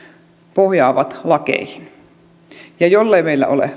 pohjaavat lakeihin ja jollei meillä ole